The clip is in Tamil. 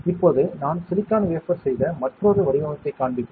இப்போது நான் சிலிக்கான் வேஃபர் செய்த மற்றொரு வடிவமைப்பைக் காண்பிப்பேன்